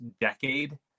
decade